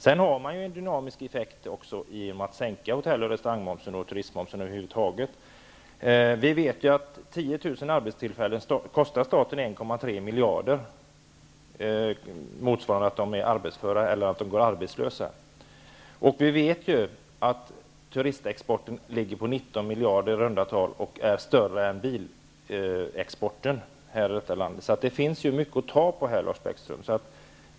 Sedan får man en dynamisk effekt om man sänker hotell och restaurangmomsen och turistmomsen över huvud taget. Vi vet att 10 000 arbetstillfällen kostar staten 1,3 miljarder -- om man alltså är arbetslös i stället för att ha arbete. Vi vet att turistexporten ligger på i runda tal 19 miljoner och är större än bilexporten. Så det finns mycket att ta här, Lars Bäckström.